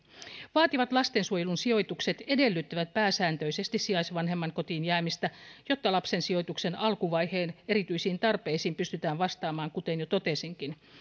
vaativat lastensuojelun sijoitukset edellyttävät pääsääntöisesti sijaisvanhemman kotiin jäämistä jotta lapsen sijoituksen alkuvaiheen erityisiin tarpeisiin pystytään vastaamaan kuten jo totesinkin